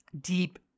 deep